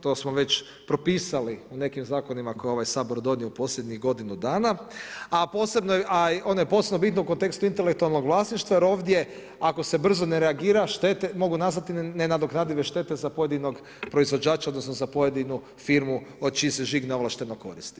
To smo već propisali u nekim zakonima koje je ovaj Sabor donio u posljednjih godinu dana, a ono je posebno bitno u kontekstu intelektualnog vlasništva jer ovdje ako se brzo ne reagira štete mogu nastati nenadoknadive štete za pojedinog proizvođača odnosno za pojedino firmu čiji se žig neovlašteno koristi.